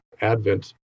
Advent